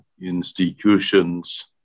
institutions